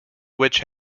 which